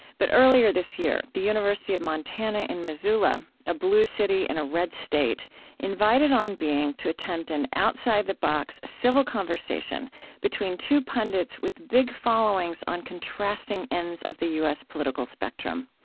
but earlier this year, the university of montana in missoula a blue city in and a red state invited on being to attempt an outside the box civil conversation between two pundits with big followings on contrasting ends of the u s. political spectrum.